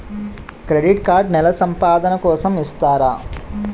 Credit card నెల సంపాదన కోసం ఇస్తారా?